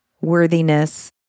worthiness